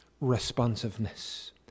responsiveness